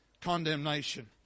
condemnation